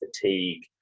fatigue